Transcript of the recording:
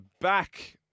back